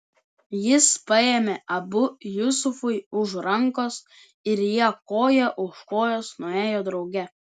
jis paėmė abu jusufui už rankos ir jie koja už kojos nuėjo drauge